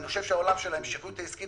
אני חושב שהעולם של ההמשכיות העסקית